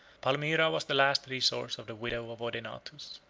palmyra was the last resource of the widow of odenathus.